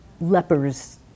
lepers